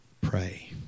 Pray